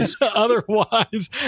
Otherwise